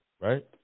right